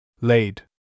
laid